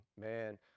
man